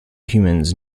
humans